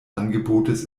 angebotes